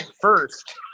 first